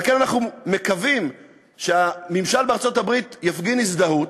על כן אנחנו מקווים שהממשל בארצות-הברית יפגין הזדהות